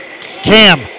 Cam